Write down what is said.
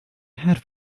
had